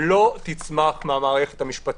לא תצמח מהמערכת המשפטית.